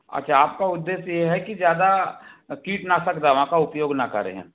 अच्छा आपका उद्देश ये है कि ज़्यादा कीटनाशक दवा का उपयोग ना करें